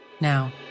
Now